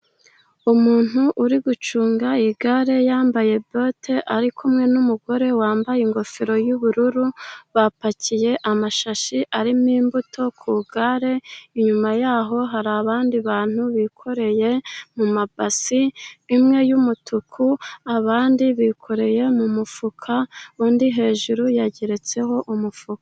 Umuntu uri gucunga igare yambaye bote ari kumwe n'umugore wambaye ingofero y'ubururu. Bapakiye amashashi arimo imbuto ku igare. Inyuma yabo hari abandi bantu bikoreye mu mabasi, imwe y'umutuku, abandi bikoreye mu mufuka, undi hejuru yageretseho umufuka.